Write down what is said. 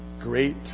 great